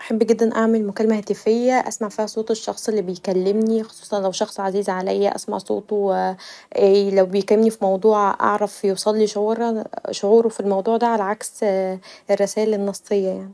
احب جدا اعمل مكالمه هاتفيه اسمع فيها صوت الشخص اللي بيكلمني خصوصا لو شخص عزيز عليا اسمع صوته لو بيكلمني في موضوع اعرف يوصلي شعوره عكس الرسايل النصيه يعني.